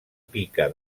pica